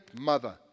mother